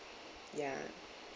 ya